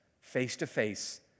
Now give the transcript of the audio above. face-to-face